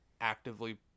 actively